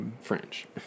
French